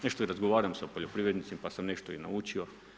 Nešto i razgovaram sa poljoprivrednicima pa sam nešto i naučio.